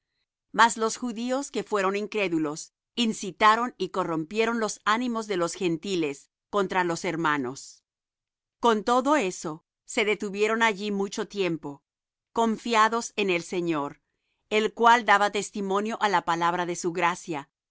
mas los judíos que fueron incrédulos incitaron y corrompieron los ánimos de los gentiles contra los hermanos con todo eso se detuvieron allí mucho tiempo confiados en el señor el cual daba testimonio á la palabra de su gracia